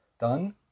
done